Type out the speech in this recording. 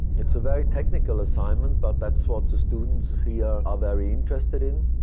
it's a very technical assignment, but that's what the students here are very interested in.